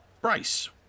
Bryce